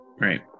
Right